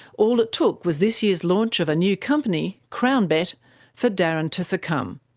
all it took was this year's launch of a new company crownbet for darren to succumb.